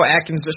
Atkins